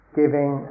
giving